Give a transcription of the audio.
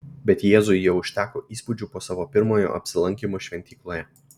bet jėzui jau užteko įspūdžių po savo pirmojo apsilankymo šventykloje